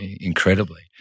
incredibly